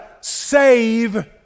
Save